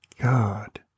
God